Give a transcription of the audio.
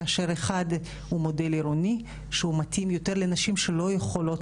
כאשר אחד הוא מודל עירוני שהוא מתאים יותר לנשים שלא יכולות